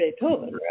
Beethoven